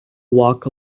walk